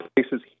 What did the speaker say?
places